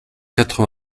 quatre